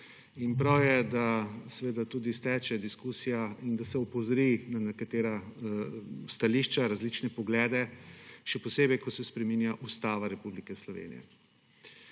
in prav je, da seveda tudi steče diskusija in da se opozori na nekatera stališča, različne poglede, še posebej, ko se spreminja Ustava Republike Slovenije.